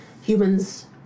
humans